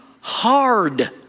hard